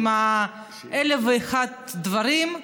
עם אלף ואחד דברים,